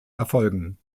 erfolgen